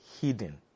hidden